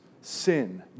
sin